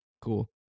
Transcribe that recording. Cool